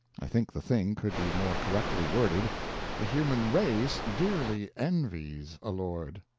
i think the thing could be more correctly worded the human race dearly envies a lord.